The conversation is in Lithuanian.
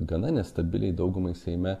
gana nestabiliai daugumai seime